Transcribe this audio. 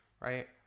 Right